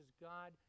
God